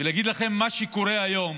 אני אגיד לכם, מה שקורה היום